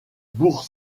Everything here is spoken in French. bourg